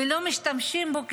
ולא משתמשים בו כסיסמה?